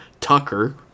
Tucker